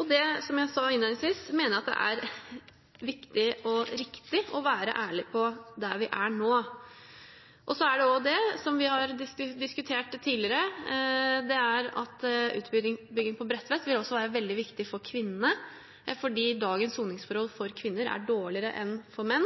og det mener jeg, som jeg sa innledningsvis, at det er viktig og riktig å være ærlig på der vi er nå. Som vi har diskutert tidligere, vil utbygging på Bredtvet også være veldig viktig for kvinnene, fordi dagens soningsforhold for kvinner er dårligere enn for menn.